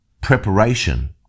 preparation